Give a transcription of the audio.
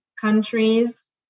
countries